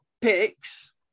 picks